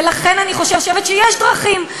ולכן אני חושבת שיש דרכים,